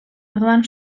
orduan